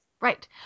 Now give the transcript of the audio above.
Right